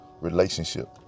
relationship